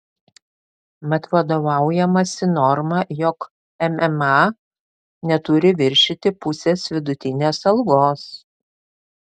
mat vadovaujamasi norma jog mma neturi viršyti pusės vidutinės algos